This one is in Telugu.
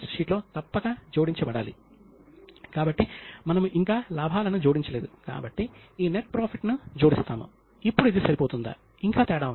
9 శాతం మరియు 1700 సంవత్సరం లో 24 శాతం వరకు ఉంది